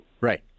Right